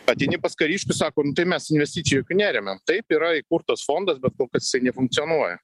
ateini pas kariškius sako nu tai mes investicijų jokių neremiam taip yra įkurtas fondas bet kol kas jisai nefunkcionuoja